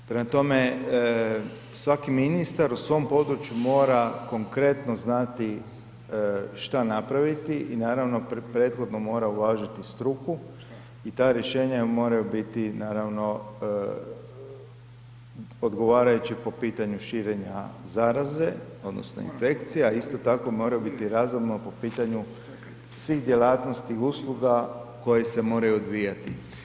Prema tome, svaki ministar u svom području mora konkretno znati šta napraviti i naravno prethodno mora uvažiti struku i ta rješenja moraju biti naravno odgovarajući po pitanju širenja zaraze odnosno infekcija, a isto tako mora biti razumno po pitanju svih djelatnosti i usluga koje se moraju odvijati.